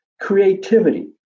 Creativity